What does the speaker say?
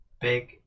big